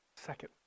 Second